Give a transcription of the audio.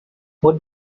what